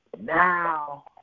now